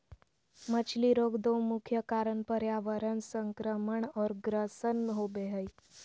मछली रोग दो मुख्य कारण पर्यावरण संक्रमण और ग्रसन होबे हइ